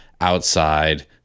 outside